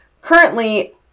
currently